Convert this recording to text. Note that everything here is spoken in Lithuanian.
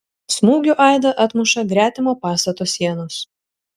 smūgių aidą atmuša gretimo pastato sienos